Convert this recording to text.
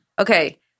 Okay